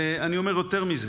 ואני אומר יותר מזה: